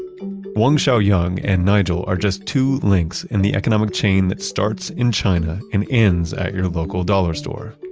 wang xiaoyang and nigel are just two links in the economic chain that starts in china and ends at your local dollar store.